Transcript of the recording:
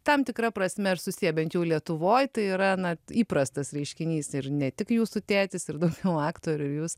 tam tikra prasme ir susiję bent jau lietuvoj tai yra na įprastas reiškinys ir ne tik jūsų tėtis ir daugiau aktorių ir jūs